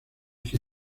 que